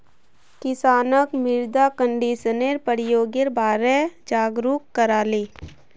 किसानक मृदा कंडीशनरेर प्रयोगेर बारे जागरूक कराले